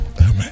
amen